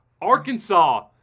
Arkansas